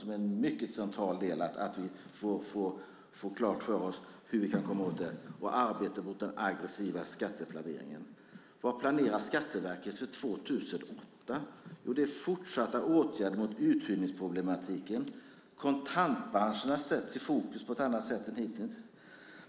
Det är mycket centralt att vi får klart för oss hur vi kan komma åt den. Man ska också arbeta mot den aggressiva skatteplaneringen. Vad planerar Skatteverket för 2008? Vi har fortsatta åtgärder mot uthyrningsproblematiken. Kontantbranscherna sätts i fokus på ett annat sätt än hittills.